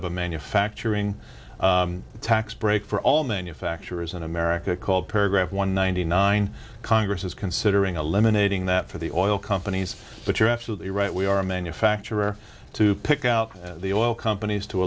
of a manufacturing tax break for all manufacturers in america called paragraph one ninety nine congress is considering a lemonade ing that for the oil companies but you're absolutely right we are a manufacturer to pick out the oil companies to